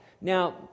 Now